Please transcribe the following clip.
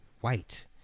white